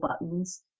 buttons